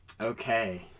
Okay